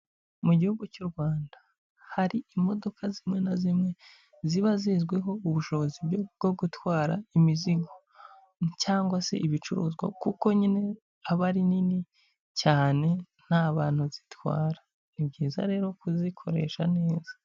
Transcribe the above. Mu gihugu cy'u Rwanda hari imodoka zimwe na zimwe ziba zizwiho ubushobozi bwo gutwara imizigo cyangwa se ibicuruzwa kuko nyine aba ari nini cyane nta bantu zitwara. Ni byiza rero kuzikoresha neza